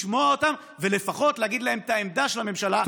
לשמוע אותם ולפחות להגיד להם את העמדה של הממשלה.